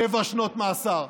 שבע שנות מאסר.